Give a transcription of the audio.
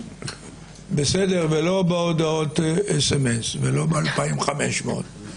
ולא בהודעות סמ"ס ולא ב-2,500.